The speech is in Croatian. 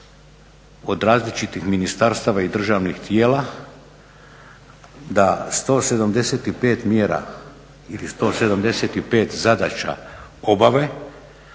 od različitih ministarstava i državnih tijela, da 175 mjera ili 175 zadaća obave.